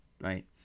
right